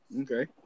Okay